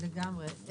לגמרי.